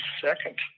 second